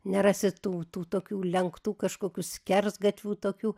nerasit tų tų tokių lenktų kažkokių skersgatvių tokių